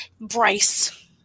Bryce